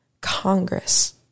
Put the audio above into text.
Congress